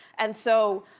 and so